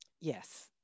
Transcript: Yes